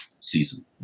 season